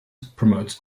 promotes